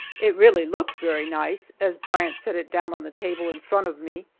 it really looked very nice as bryant set it down on the table in front of me,